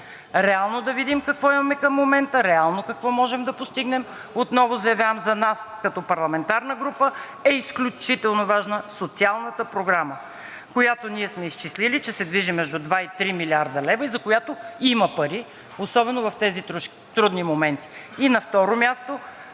Реално да видим какво имаме към момента, реално какво можем да постигнем. Отново заявявам, за нас като парламентарна група е изключително важна социалната програма, която ние сме изчислили, че се движи между 2 и 3 млрд. лв. и за която има пари особено в тези трудни моменти.